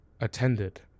attended